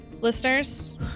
listeners